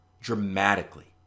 dramatically